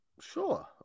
Sure